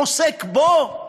עוסק בו?